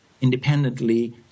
independently